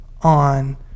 on